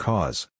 Cause